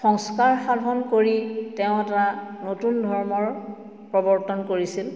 সংস্কাৰ সাধন কৰি তেওঁ এটা নতুন ধৰ্মৰ প্ৰৱৰ্তন কৰিছিল